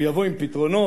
הוא יבוא עם פתרונות,